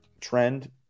trend